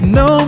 no